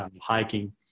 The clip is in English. hiking